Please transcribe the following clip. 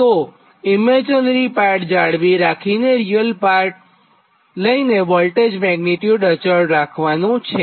અને imaginary part જાળવી રાખીને રીયલ પાર્ટ લઇને વોલ્ટેજ મેગ્નીટ્યુડ અચળ રાખવાનું છે